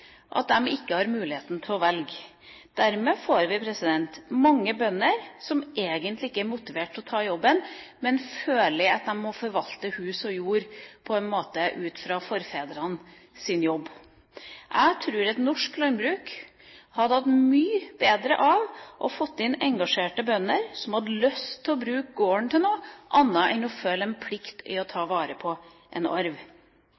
at de ikke har muligheten til å velge. Dermed får vi mange bønder som egentlig ikke er motivert for å ta jobben, men føler at de må forvalte hus og jord ut fra forfedrenes jobb. Jeg tror at norsk landbruk hadde hatt mye bedre av å få inn engasjerte bønder, som har lyst til å bruke gården til noe annet enn det å føle en plikt til å ta vare på en arv.